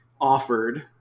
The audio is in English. offered